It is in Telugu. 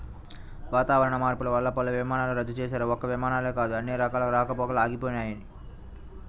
వాతావరణ మార్పులు వల్ల పలు విమానాలను రద్దు చేశారు, ఒక్క విమానాలే కాదు అన్ని రకాల రాకపోకలూ ఆగిపోయినయ్